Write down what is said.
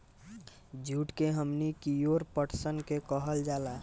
जुट के हमनी कियोर पटसन भी कहल जाला